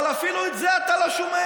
אבל אפילו את זה אתה לא שומע.